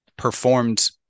performed